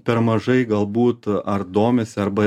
per mažai galbūt ar domisi arba